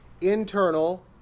internal